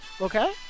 Okay